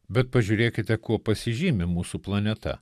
bet pažiūrėkite kuo pasižymi mūsų planeta